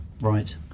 Right